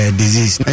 disease